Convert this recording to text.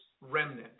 remnant